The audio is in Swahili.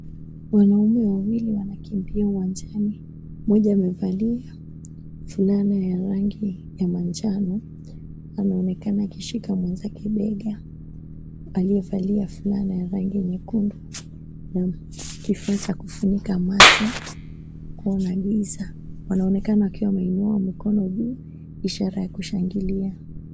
Wanaume wawili wanakimbia uwanjani. Mmoja amevalia fulana ya rangi ya manjano, anaonekana akishika mwenzake bega aliyevalia fulana ya rangi ya nyekundu na kifaa cha kufunika macho kuona giza. Wanaonekana wakiwa wameinua mikono juu ishara ya kushangilia.